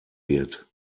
wird